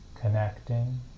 Connecting